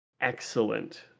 excellent